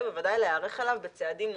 ובוודאי להיערך אליו בצעדים מונעים,